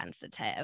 sensitive